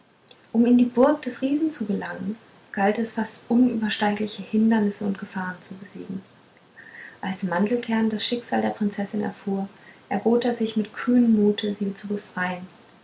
um in die burg des riesen zu gelangen galt es fast unübersteigliche hindernisse und gefahren zu besiegen als mandelkern das schicksal der prinzessin erfuhr erbot er sich mit kühnem mute sie zu befreien